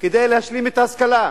כדי להשלים את ההשכלה,